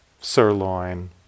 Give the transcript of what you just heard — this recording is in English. sirloin